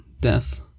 death